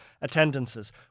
attendances